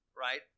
right